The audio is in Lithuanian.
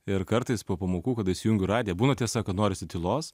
ir kartais po pamokų kada įsijungiu radiją būna tiesa kad norisi tylos